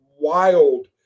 wild